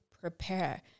prepare